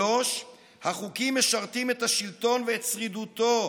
3. החוקים משרתים את השלטון ואת שרידותו,